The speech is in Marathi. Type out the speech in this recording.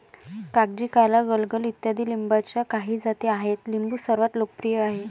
कागजी, काला, गलगल इत्यादी लिंबाच्या काही जाती आहेत लिंबू सर्वात लोकप्रिय आहे